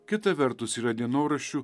kita vertus yra dienoraščių